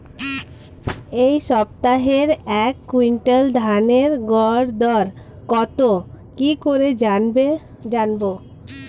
এই সপ্তাহের এক কুইন্টাল ধানের গর দর কত কি করে জানবো?